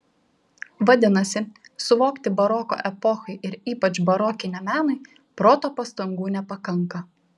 vadinasi suvokti baroko epochai ir ypač barokiniam menui proto pastangų nepakanka